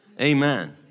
Amen